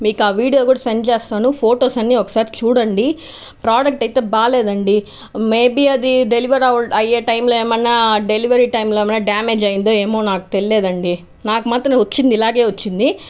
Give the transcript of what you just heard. మీకు ఆ వీడియో కూడా సెండ్ చేస్తాను ఫొటోస్ అన్నీ ఒకసారి చూడండి ప్రోడక్ట్ అయితే బాగాలేదు అండి మేబి అది డెలివరీ అయ్యే టైంలో ఏమి అయిన డెలివరీ టైంలో డ్యామేజ్ అయిందో ఏమో నాకు తెలియదు అండి నాకు మాత్రం వచ్చింది ఇలాగే వచ్చింది